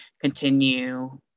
continue